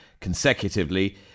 consecutively